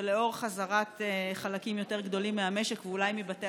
ולנוכח חזרת חלקים יותר גדולים מהמשק ואולי מבתי